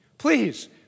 Please